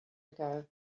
ago